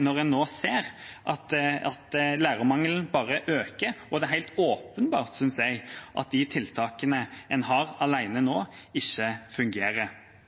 når en nå ser at lærermangelen bare øker. Det er helt åpenbart, synes jeg, at de tiltakene en har alene nå, ikke fungerer.